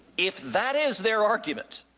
if that is their argument,